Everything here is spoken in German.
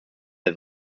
der